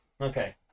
Okay